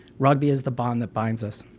rugby is the bond that binds us.